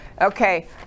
Okay